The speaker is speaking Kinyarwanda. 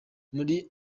muri